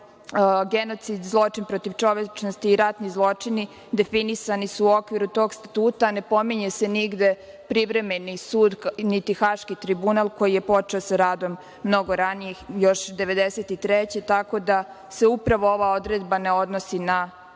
delo genocid, zločin protiv čovečnosti i ratni zločini definisani su u okviru tog Statuta, a ne pominje se nigde privremeni sud, niti Haški tribunal koji je počeo sa radom mnogo ranije, još 1993. godine, tako da se upravo ova odredba ne odnosi na odluke